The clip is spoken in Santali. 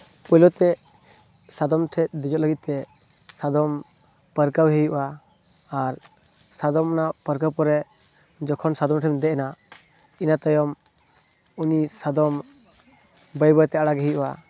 ᱯᱳᱭᱞᱳ ᱛᱮ ᱥᱟᱫᱚᱢ ᱴᱷᱮᱱ ᱫᱮᱡᱚᱜ ᱞᱟᱹᱜᱤᱫ ᱛᱮ ᱥᱟᱫᱚᱢ ᱯᱟᱹᱨᱠᱟᱹᱣ ᱮ ᱦᱩᱭᱩᱜᱼᱟ ᱟᱨ ᱥᱟᱫᱚᱢ ᱚᱱᱟ ᱯᱟᱹᱨᱠᱟᱹᱣ ᱯᱚᱨᱮ ᱡᱚᱠᱷᱚᱱ ᱥᱟᱫᱚᱢ ᱴᱷᱮᱱᱮᱢ ᱫᱮᱡ ᱮᱱᱟ ᱤᱱᱟᱹ ᱛᱟᱭᱚᱢ ᱩᱱᱤ ᱥᱟᱫᱚᱢ ᱵᱟᱹᱭ ᱵᱟᱹᱭᱛᱮ ᱟᱲᱟᱜᱮ ᱦᱩᱭᱩᱜᱼᱟ